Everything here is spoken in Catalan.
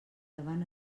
avant